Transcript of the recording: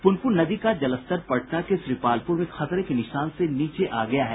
प्रनप्रन नदी का जलस्तर पटना के श्रीपालप्र में खतरे के निशान से नीचे आ गया है